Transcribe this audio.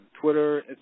Twitter